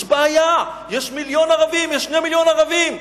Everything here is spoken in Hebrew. יש בעיה, יש מיליון ערבים, יש 2 מיליוני ערבים.